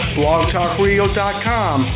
blogtalkradio.com